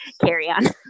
carry-on